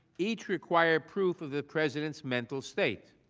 each require proof of the presence mental state.